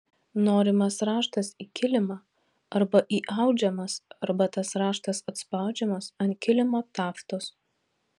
norimas raštas į kilimą arba įaudžiamas arba tas raštas atspaudžiamas ant kilimo taftos